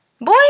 boy